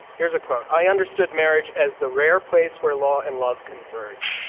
here's a quote. i understood marriage as the rare place where law and love converge.